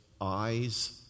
eyes